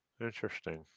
interesting